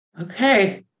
okay